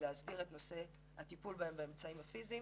להסדיר את נושא הטיפול בהם באמצעים הפיזיים